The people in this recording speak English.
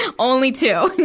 and only two.